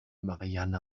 marianne